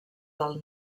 del